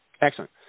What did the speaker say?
excellent